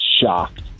shocked